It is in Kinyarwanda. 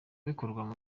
bikorwa